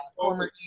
former